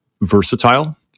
versatile